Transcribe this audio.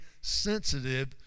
sensitive